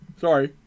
sorry